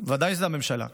ודאי שזה הממשלה.